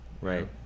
right